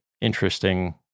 interesting